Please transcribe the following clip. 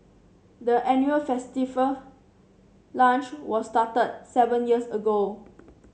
the annual festive lunch was started seven years ago